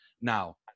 now